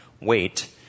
wait